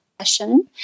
session